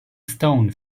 stone